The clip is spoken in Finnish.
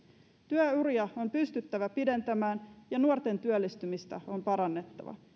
työuria on pystyttävä pidentämään ja nuorten työllistymistä on parannettava